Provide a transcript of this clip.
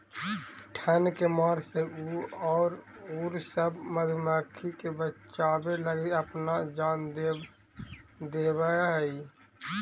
ठंड के मार से उ औउर सब मधुमाखी के बचावे लगी अपना जान दे देवऽ हई